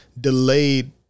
delayed